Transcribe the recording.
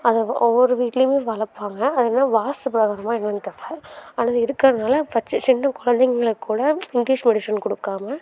அதை ஒவ்வொரு வீட்லேயுமே வளர்ப்பாங்க அது என்ன வாஸ்த்து பிரகாரமாக என்னென்னு தெரில அல்லது இருக்கிறனால வச்சி சின்ன குழந்தைங்களுக்கு கூட இங்கிலீஷ் மெடிஷன் கொடுக்காம